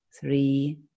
three